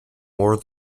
more